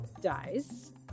dies